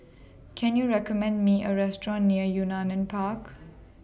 Can YOU recommend Me A Restaurant near Yunnan in Park